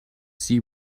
see